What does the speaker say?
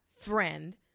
friend